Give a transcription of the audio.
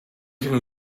can